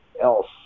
else